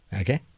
Okay